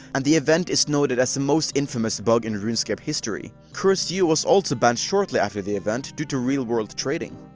and the event is noted as the most infamous bug in runescape history. cursed you was also banned shortly after the event due to real world trading.